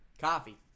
Coffee